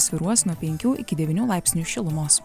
svyruos nuo penkių iki devynių laipsnių šilumos